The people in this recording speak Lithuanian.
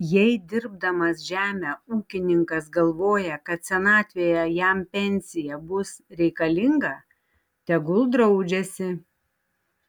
jei dirbdamas žemę ūkininkas galvoja kad senatvėje jam pensija bus reikalinga tegul draudžiasi